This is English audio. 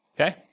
okay